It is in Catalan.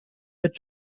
ets